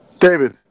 David